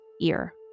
ear